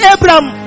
Abraham